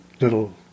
little